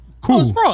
Cool